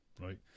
right